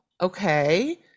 okay